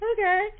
Okay